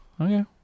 okay